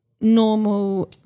normal